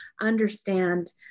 understand